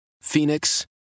Phoenix